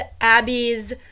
Abby's